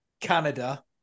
Canada